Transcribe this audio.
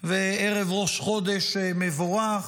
וערב ראש חודש מבורך,